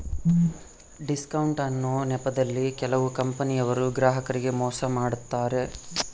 discount ಅನ್ನೊ ನೆಪದಲ್ಲಿ ಕೆಲವು ಕಂಪನಿಯವರು ಗ್ರಾಹಕರಿಗೆ ಮೋಸ ಮಾಡತಾರೆ